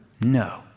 No